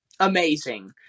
amazing